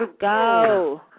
Go